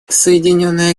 соединенное